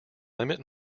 limit